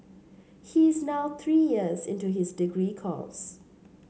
he is now three years into his degree course